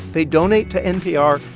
they donate to npr,